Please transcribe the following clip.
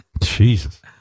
Jesus